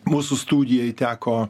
mūsų studijai teko